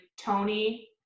Tony